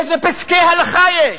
איזה פסקי הלכה יש?